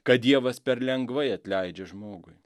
kad dievas per lengvai atleidžia žmogui